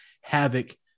havoc